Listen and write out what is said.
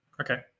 Okay